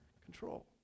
control